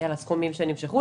על הסכומים שנמשכו,